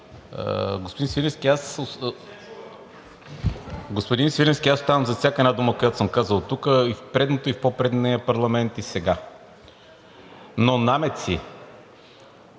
Господин Свиленски, аз оставам зад всяка една дума, която съм казал тук и в предния, и в по-предния парламент, и сега. Но намеци...